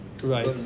Right